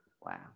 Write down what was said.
wow